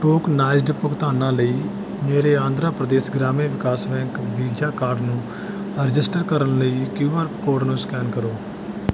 tokenized ਭੁਗਤਾਨਾਂ ਲਈ ਮੇਰੇ ਆਂਧਰਾ ਪ੍ਰਦੇਸ਼ ਗ੍ਰਾਮੀਣ ਵਿਕਾਸ ਬੈਂਕ ਵੀਜਾ ਕਾਰਡ ਨੂੰ ਰਜਿਸਟਰ ਕਰਨ ਲਈ ਕਉ ਆਰ ਕੋਡ ਨੂੰ ਸਕੈਨ ਕਰੋ